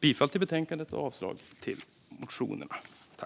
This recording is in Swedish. Jag yrkar bifall till förslaget och avslag på motionerna.